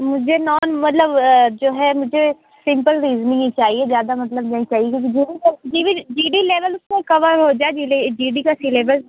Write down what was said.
मुझे नॉन मतलब जो है मुझे सिम्पल रिजनिंग की चाहिए ज़्यादा मतलब नहीं चाहिए क्योंकि जी बी जी डी लेवल उसमें कवर हो जाए जी डी जी डी का सिलेबस